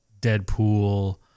Deadpool